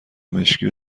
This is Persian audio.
مشکی